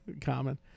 Common